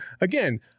Again